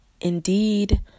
Indeed